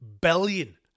billion